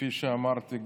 כפי שאמרתי,